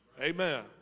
amen